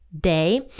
day